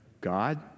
God